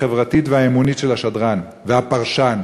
החברתית והאמונית של השדרן והפרשן.